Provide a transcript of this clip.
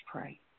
pray